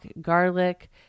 garlic